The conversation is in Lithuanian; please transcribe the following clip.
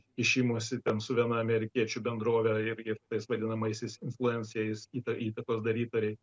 kišimosi ten su viena amerikiečių bendrove irgi tais vadinamaisiais influenceriais įta įtakos darytoriai